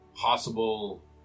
possible